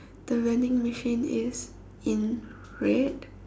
the vending machine is in red